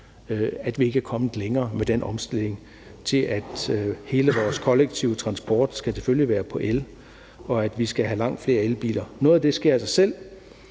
at vi ikke er kommet længere med omstillingen til, at hele vores kollektive transport selvfølgelig skal være på el, og at vi skal have langt flere elbiler. Noget af det sker af sig selv,